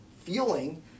feeling